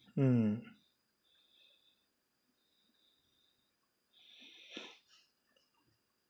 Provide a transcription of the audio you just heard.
mm